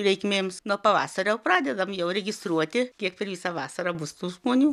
reikmėms nuo pavasario pradedam jau registruoti kiek per visą vasarą bus tų žmonių